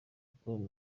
ukora